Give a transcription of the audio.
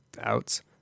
outs